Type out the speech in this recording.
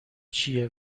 چیه